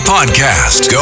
Podcast